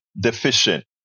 deficient